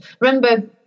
Remember